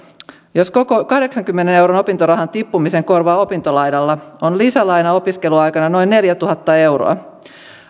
jos koko kahdeksankymmenen euron opintorahan tippumisen korvaa opintolainalla on lisälaina opiskeluaikana noin neljätuhatta euroa